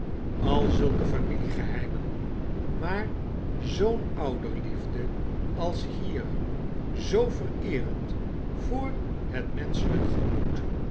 al zulke familiegeheimen maar zoo'n ouderliefde als hier zoo vereerend voor het menschelijke gemoed